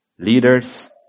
Leaders